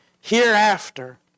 Hereafter